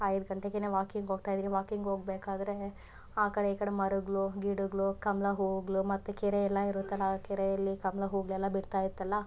ಐದು ಗಂಟೆಗೆ ವಾಕಿಂಗ್ ಹೋಗ್ತಾಯಿದ್ರಿ ವಾಕಿಂಗ್ ಹೋಗ್ಬೇಕಾದ್ರೆ ಆ ಕಡೆ ಈ ಕಡೆ ಮರಗ್ಳು ಗಿಡಗ್ಳು ಕಮಲ ಹೂವುಗ್ಳು ಮತ್ತು ಕೆರೆ ಎಲ್ಲ ಇರುತ್ತಲ್ಲ ಆ ಕೆರೆಯಲ್ಲಿ ಕಮಲ ಹೂವುಗ್ಳೆಲ್ಲ ಬಿಡ್ತಾಯಿತ್ತಲ್ಲ